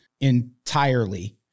entirely